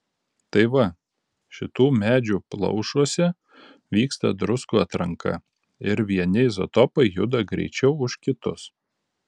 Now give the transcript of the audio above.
tai va šitų medžių plaušuose vyksta druskų atranka ir vieni izotopai juda greičiau už kitus